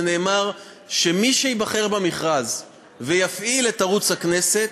ונאמר שמי שייבחר במכרז ויפעיל את ערוץ הכנסת,